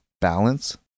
balance